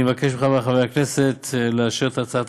אני מבקש מחברי חברי הכנסת לאשר את הצעת